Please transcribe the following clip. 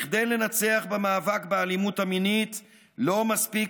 כדי לנצח במאבק באלימות המינית לא מספיק